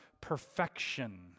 perfection